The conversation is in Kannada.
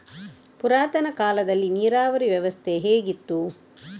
ಪುರಾತನ ಕಾಲದಲ್ಲಿ ನೀರಾವರಿ ವ್ಯವಸ್ಥೆ ಹೇಗಿತ್ತು?